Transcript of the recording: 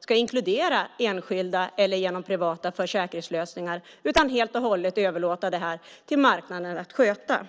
ska inkludera enskilda eller privata försäkringslösningar, utan helt och hållet överlåta det här till marknaden att sköta.